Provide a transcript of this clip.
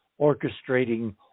orchestrating